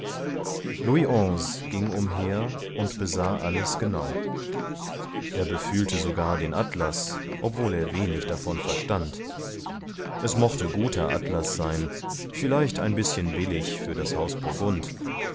ging umher und besah alles genau er befühlte sogar den atlas obwohl er wenig davon verstand es mochte guter atlas sein vielleicht ein bißchen billig für das haus